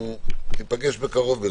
ניפגש בקרוב.